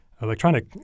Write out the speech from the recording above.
electronic